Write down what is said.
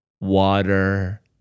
water